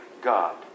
God